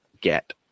get